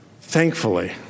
thankfully